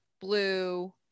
blue